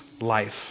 life